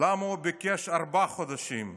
למה הוא ביקש ארבעה חודשים?